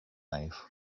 life